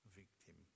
victim